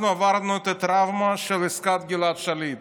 עברנו את הטראומה של עסקת גלעד שליט